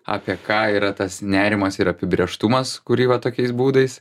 apie ką yra tas nerimas ir apibrėžtumas kūryba tokiais būdais